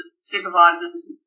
supervisors